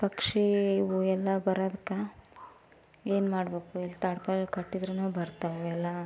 ಪಕ್ಷಿ ಇವು ಎಲ್ಲ ಬರೋದ್ಕೆ ಏನ್ಮಾಡ್ಬೇಕು ಎಲ್ಲ ತಾಡ್ಪಾಲ್ ಕಟಿದರೂ ಬರ್ತಾವೆ ಎಲ್ಲ